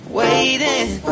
waiting